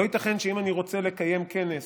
לא ייתכן שאם אני רוצה לקיים כנס